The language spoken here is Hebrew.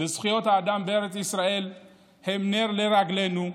וזכויות האדם בארץ ישראל הן נר לרגלינו.